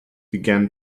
began